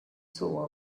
saw